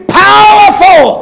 powerful